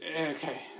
okay